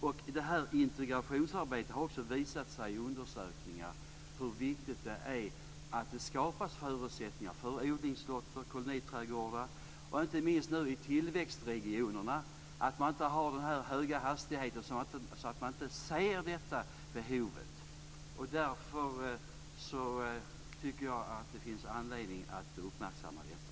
Undersökningar om integrationsarbetet har också visat hur viktigt det är att det skapas förutsättningar för odlingslotter och koloniträdgårdar och, inte minst, att man i tillväxtregionerna inte har så hög hastighet att man inte ser detta behov. Därför tycker jag att det finns anledning att uppmärksamma detta.